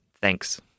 Thanks